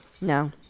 No